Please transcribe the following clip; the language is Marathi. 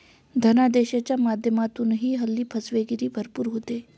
धनादेशाच्या माध्यमातूनही हल्ली फसवेगिरी भरपूर होते